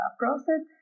process